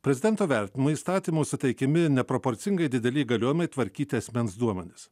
prezidento vertinimu įstatymu suteikiami neproporcingai dideli įgaliojimai tvarkyti asmens duomenis